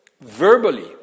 verbally